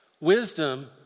Wisdom